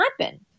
happen